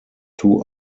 two